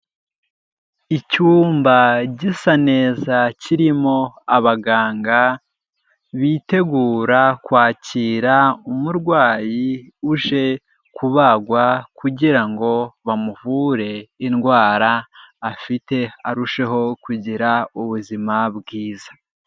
Icyumba gisa neza kirimo abaganga, bitegura kwakira umurwayi uje kubagwa kugira ngo bamuvure indwara afite. Arusheho kugira ubuzima bwiza.